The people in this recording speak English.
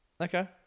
Okay